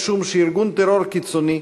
משום שארגון טרור קיצוני,